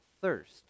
thirst